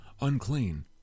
unclean